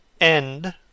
End